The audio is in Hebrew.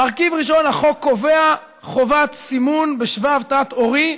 מרכיב ראשון, החוק קובע חובת סימון בשבב תת-עורי,